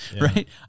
right